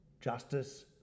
justice